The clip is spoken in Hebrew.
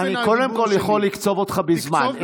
אני קודם כול יכול לקצוב אותך בזמן,